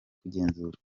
kugenzura